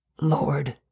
Lord